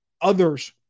others